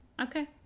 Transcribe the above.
Okay